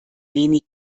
wenig